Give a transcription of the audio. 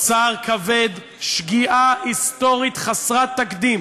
צער כבד, שגיאה היסטורית חסרת תקדים